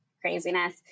craziness